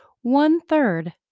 one-third